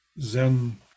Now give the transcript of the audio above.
Zen